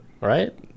Right